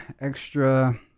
Extra